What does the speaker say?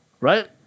Right